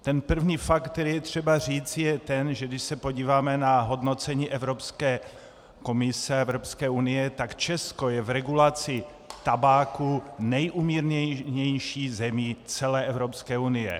Ten první fakt, který je třeba říci, je ten, že když se podíváme na hodnocení Evropské komise a Evropské unie, tak Česko je v regulaci tabáku nejumírněnější zemí celé Evropské unie.